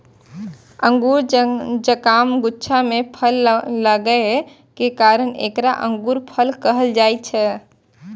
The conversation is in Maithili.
अंगूर जकां गुच्छा मे फल लागै के कारण एकरा अंगूरफल कहल जाइ छै